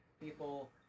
people